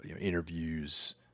interviews